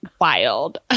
wild